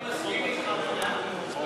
אני מסכים אתך במאה אחוז.